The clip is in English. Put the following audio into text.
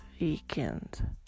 weekend